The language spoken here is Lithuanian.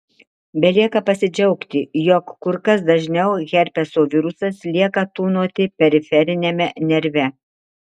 belieka pasidžiaugti jog kur kas dažniau herpeso virusas lieka tūnoti periferiniame nerve